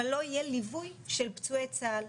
אבל לא יהיה ליווי של פצועי צה"ל,